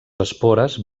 espores